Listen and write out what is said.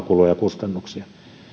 kuluja ja kustannuksia